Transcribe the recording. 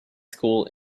school